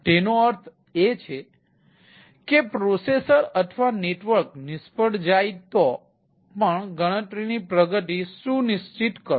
તેનો અર્થ એ છે કે પ્રોસેસર અથવા નેટવર્ક નિષ્ફળ જાય તો પણ ગણતરીની પ્રગતિ સુનિશ્ચિત કરો